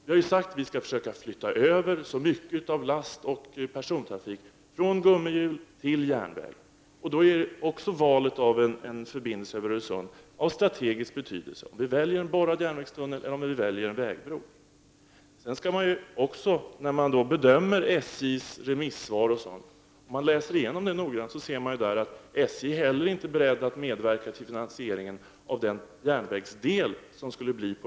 Vi har ju sagt att vi skall försöka flytta över så mycket som möjligt av lastoch persontrafiken från gummihjul till järnvägen. Då är valet av förbindelsen över Öresund av strategisk betydelse: Väljer vi en borrad järnvägstunnel eller en vägbro? Om man läser SJ:s remissvar noggrant kan man se att SJ inte heller är berett att medverka till finansieringen av en järnvägsdel på denna bro.